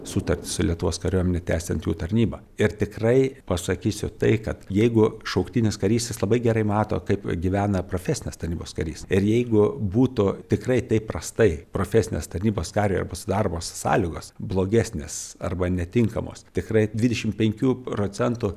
sutartis su lietuvos kariuomene tęsiant jų tarnybą ir tikrai pasakysiu tai kad jeigu šauktinis karys jis labai gerai mato kaip gyvena profesinės tarnybos karys ir jeigu būtų tikrai taip prastai profesinės tarnybos kariui arba su darbo sąlygos blogesnės arba netinkamos tikrai dvidešim penkių procentų